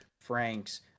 Frank's